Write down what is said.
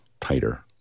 tighter